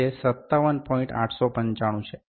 895 છે